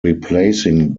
replacing